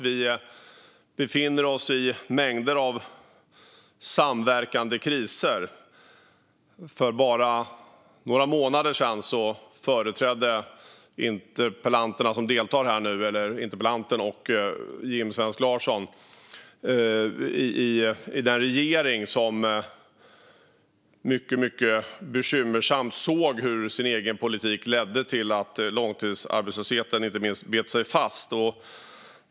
Vi befinner oss i mängder av samverkande kriser. För bara några månader sedan företrädde interpellanten och Jim Svensk Larm den regering som, mycket bekymmersamt, såg hur den egna politiken ledde till att inte minst långtidsarbetslösheten bet sig fast.